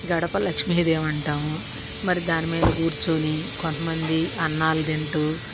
గడప లక్ష్మీదేవంటాము మరి దాని మీద కూర్చుని కొంతమంది అన్నాలు తింటూ